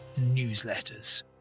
newsletters